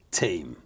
team